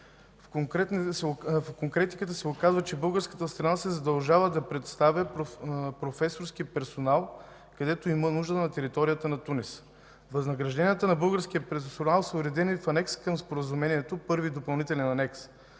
По конкретиката се оказа, че българската страна се задължава да представя професорски персонал, където има нужда на територията на Тунис. Възнагражденията на българския персонал са уредени в анекс към Споразумението – Първи допълнителен анекс.